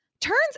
turns